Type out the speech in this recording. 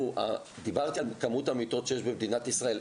דיברתי על כמות המיטות שיש במדינת ישראל.